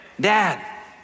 Dad